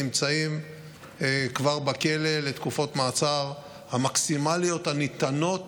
נמצאים כבר בכלא לתקופות מאסר המקסימליות הניתנות